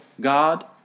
God